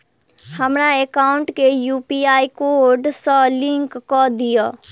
हमरा एकाउंट केँ UPI code सअ लिंक कऽ दिऽ?